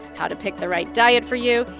how to pick the right diet for you.